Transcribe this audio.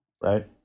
Right